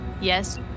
Yes